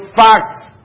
facts